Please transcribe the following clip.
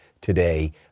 today